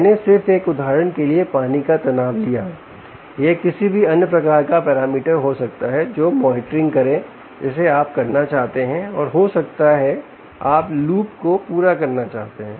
मैंने सिर्फ एक उदाहरण के लिए पानी का तनाव लिया यह किसी भी अन्य प्रकार का पैरामीटर हो सकता है जो मॉनिटरिंग करें जिसे आप करना चाहते हैं और हो सकता है आप लूप को पूरा करना चाहते हैं